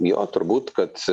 jo turbūt kad